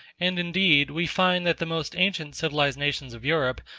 and, indeed, we find that the most ancient civilized nations of europe,